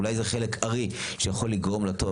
אולי זה חלק ארי שיכול לגרום לטוב.